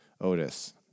Otis